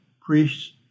priests